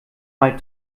mal